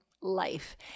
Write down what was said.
life